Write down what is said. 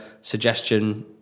suggestion